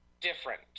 different